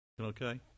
Okay